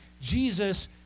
Jesus